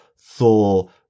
thor